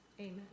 Amen